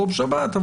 לא בשבת,